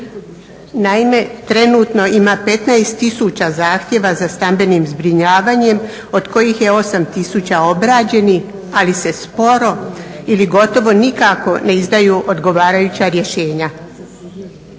Naime trenutno ima 15 tisuća zahtjeva za stambenim zbrinjavanjem od kojih je 8 tisuća obrađenih ali se sporo ili gotovo nikako ne izdaju odgovarajuća rješenja.